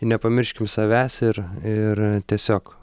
ir nepamirškim savęs ir ir tiesiog